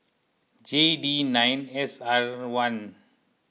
J D nine S R one